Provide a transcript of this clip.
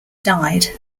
died